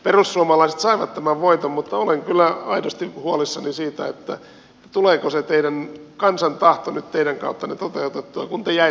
perussuomalaiset saivat tämän voiton mutta olen kyllä aidosti huolissani siitä tuleeko se kansan tahto nyt teiden kautta toteutettu kunta jäi